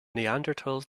neanderthals